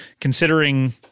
considering